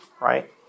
right